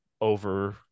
over